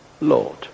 Lord